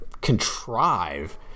contrive